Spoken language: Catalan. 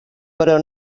però